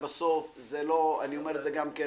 בסוף זה לא אני אומר את זה גם כן